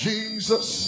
Jesus